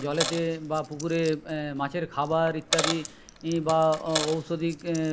জলেতে বা পুকুরে মাছের খাবার ইত্যাদি বা ঔষধিকে